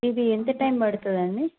ఇది ఎంత టైం పడుతుంది అండి